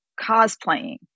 cosplaying